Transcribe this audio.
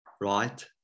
right